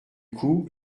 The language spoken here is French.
coup